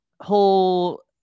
whole